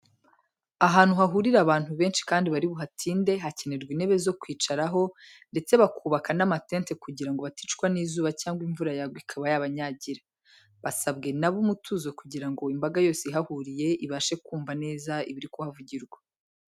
Ahantu hahurira abantu benshi kandi bari buhatinde, hakenerwa intebe zo kwicaraho ndetse bakubaka n'amatente kugira ngo baticwa n'izuba cyangwa imvura yagwa ikaba yabanyagira. Basabwe na bo umutuzo kugira ngo imbaga yose ihahuriye, ibashe kumva neza ibiri kuhavugirwa.